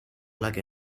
black